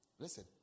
Listen